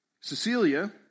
Cecilia